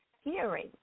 Hearing